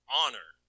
honor